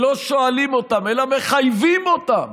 שלא שואלים אותם אלא מחייבים אותם